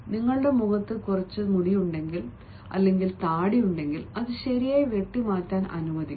നിങ്ങളുടെ മുഖത്ത് കുറച്ച് മുടിയുണ്ടെങ്കിൽ താടിയുണ്ടെങ്കിൽ അത് ശരിയായി വെട്ടിമാറ്റാൻ അനുവദിക്കുക